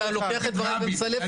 אבל אתה לוקח את דבריי ומסלף אותם.